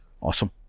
Awesome